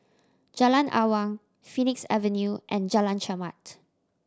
Jalan Awang Phoenix Avenue and Jalan Chermat